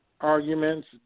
arguments